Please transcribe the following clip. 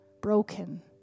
broken